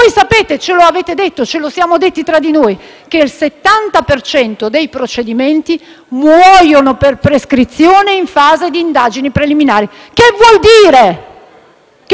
Voi sapete - ce lo avete detto e ce lo siamo detti tra di noi - che il 70 dei procedimenti muore per prescrizione in fase di indagini preliminari. Che vuol dire,